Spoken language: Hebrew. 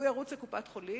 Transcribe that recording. הוא ירוץ לקופת-חולים,